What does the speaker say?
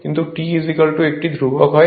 কিন্তু T একটি ধ্রুবক হয়